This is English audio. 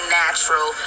natural